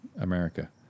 America